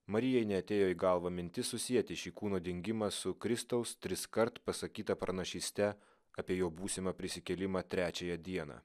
marijai neatėjo į galvą mintis susieti šį kūno dingimą su kristaus triskart pasakyta pranašyste apie jo būsimą prisikėlimą trečiąją dieną